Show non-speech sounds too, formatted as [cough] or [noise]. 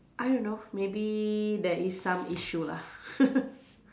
I don't know maybe there is some issue lah [laughs]